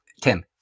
Tim